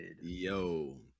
Yo